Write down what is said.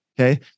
Okay